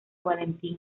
valentín